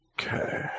Okay